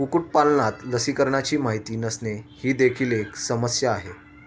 कुक्कुटपालनात लसीकरणाची माहिती नसणे ही देखील एक समस्या आहे